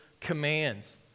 commands